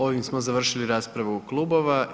Ovime smo završili raspravu klubova.